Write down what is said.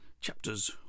chapters